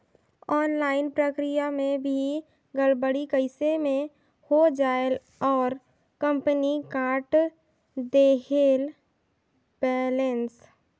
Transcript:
Online प्रक्रिया मे भी गड़बड़ी कइसे मे हो जायेल और कंपनी काट देहेल बैलेंस?